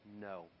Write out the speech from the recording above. no